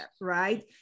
right